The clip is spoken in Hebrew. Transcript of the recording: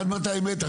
עד 200 מ"ר.